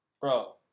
Bro